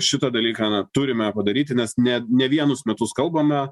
šitą dalyką turime padaryti nes ne ne vienus metus kalbame